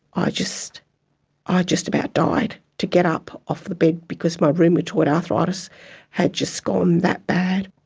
ah just ah just about died to get up off the bed because my rheumatoid arthritis had just gone that bad.